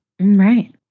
Right